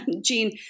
Jean